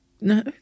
no